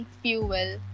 fuel